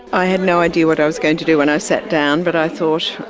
i had no idea what i was going to do when i sat down but i thought,